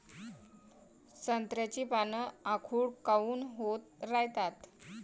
संत्र्याची पान आखूड काऊन होत रायतात?